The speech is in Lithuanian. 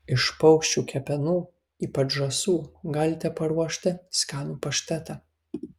iš paukščių kepenų ypač žąsų galite paruošti skanų paštetą